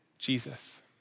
Jesus